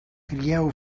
crieu